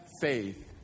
faith